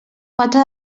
quatre